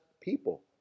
people